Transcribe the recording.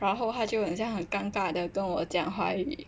然后他就很尴尬地跟我讲华语